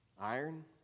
Iron